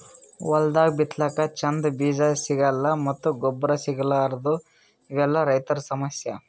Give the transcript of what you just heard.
ಹೊಲ್ದಾಗ ಬಿತ್ತಲಕ್ಕ್ ಚಂದ್ ಬೀಜಾ ಸಿಗಲ್ಲ್ ಮತ್ತ್ ಗೊಬ್ಬರ್ ಸಿಗಲಾರದೂ ಇವೆಲ್ಲಾ ರೈತರ್ ಸಮಸ್ಯಾ